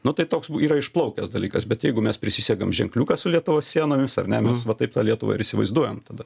nu tai toks yra išplaukęs dalykas bet jeigu mes prisisegam ženkliuką su lietuvos sienomis ar ne mes va taip tą lietuvą ir įsivaizduojam tada